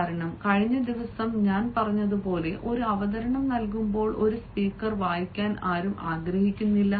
കാരണം കഴിഞ്ഞ ദിവസം ഞാൻ പറഞ്ഞതുപോലെ ഒരു അവതരണം നൽകുമ്പോൾ ഒരു സ്പീക്കർ വായിക്കാൻ ആരും ആഗ്രഹിക്കുന്നില്ല